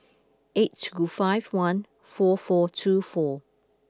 eight two five one four four two four